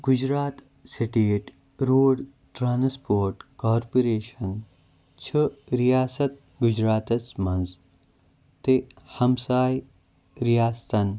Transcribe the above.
Gujarat state road transport corporation چھِ ریاست گجراتَس منٛز تہٕ ہمسایہِ ریاستَن